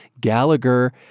Gallagher